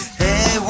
hey